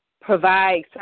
provide